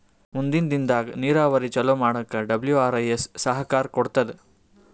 ಮುಂದಿನ್ ದಿನದಾಗ್ ನೀರಾವರಿ ಚೊಲೋ ಮಾಡಕ್ ಡಬ್ಲ್ಯೂ.ಆರ್.ಐ.ಎಸ್ ಸಹಕಾರ್ ಕೊಡ್ತದ್